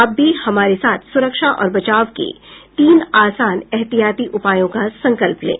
आप भी हमारे साथ सुरक्षा और बचाव के तीन आसान एहतियाती उपायों का संकल्प लें